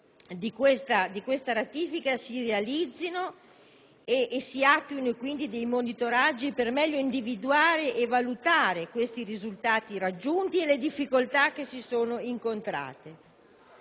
di questa ratifica si realizzino e si attuino quindi monitoraggi per meglio individuare e valutare i risultati raggiunti e le difficoltà incontrate.